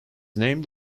named